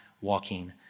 walking